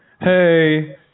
Hey